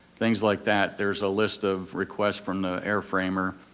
things like that, there's a list of requests from the airframer.